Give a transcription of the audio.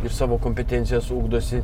ir savo kompetencijas ugdosi